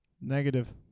negative